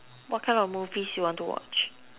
what kind of movies you want to watch